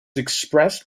expressed